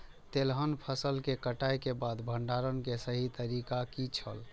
तेलहन फसल के कटाई के बाद भंडारण के सही तरीका की छल?